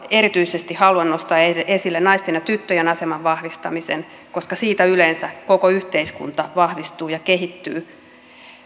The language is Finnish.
erityisesti haluan nostaa esille naisten ja tyttöjen aseman vahvistamisen koska siitä yleensä koko yhteiskunta vahvistuu ja kehittyy